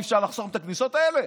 אי-אפשר לחסום את הכניסות האלה?